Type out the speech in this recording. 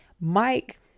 Mike